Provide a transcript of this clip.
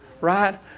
Right